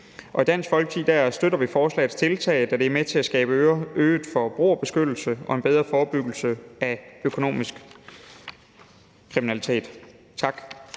I Dansk Folkeparti støtter vi forslagets tiltag, da det er med til at skabe øget forbrugerbeskyttelse og en bedre forebyggelse af økonomisk kriminalitet. Tak.